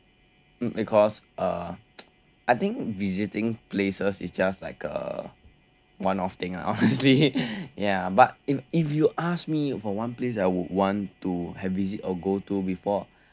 because uh I think visiting places is just like uh one off thing ah honestly ya but if if you ask me for one place I would want to have visit or go to before